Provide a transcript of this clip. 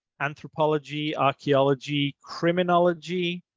anthropology, archaeology, criminology,